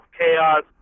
chaos